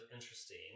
interesting